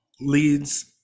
leads